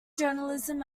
journalism